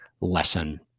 lesson